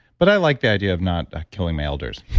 but i like the idea of not ah killing my elders.